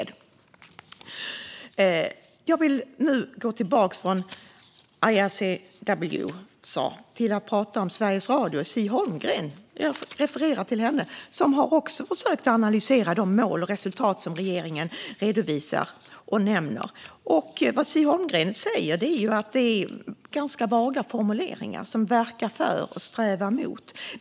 Jag vill nu gå över från vad ICRW har sagt till att tala om Ci Holmgren på Sveriges Radio. Hon har också försökt att analysera de mål och resultat som regeringen redovisar. Ci Holmgren säger att det är fråga om vaga formuleringar som verkar för och strävar mot.